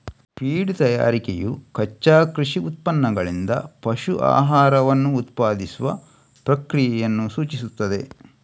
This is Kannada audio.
ಫೀಡ್ ತಯಾರಿಕೆಯು ಕಚ್ಚಾ ಕೃಷಿ ಉತ್ಪನ್ನಗಳಿಂದ ಪಶು ಆಹಾರವನ್ನು ಉತ್ಪಾದಿಸುವ ಪ್ರಕ್ರಿಯೆಯನ್ನು ಸೂಚಿಸುತ್ತದೆ